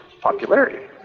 popularity